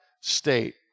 state